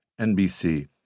NBC